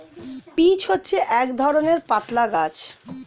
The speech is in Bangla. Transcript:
পিচ্ হচ্ছে এক ধরণের পাতলা গাছ